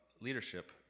leadership